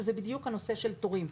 שזה בדיוק נושא התורים,